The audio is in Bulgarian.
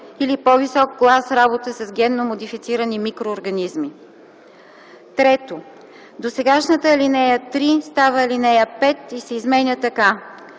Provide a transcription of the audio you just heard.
или по висок клас работа с генно модифицирани микроорганизми.” 3. Досегашната ал. 3 става ал. 5 и се изменя така: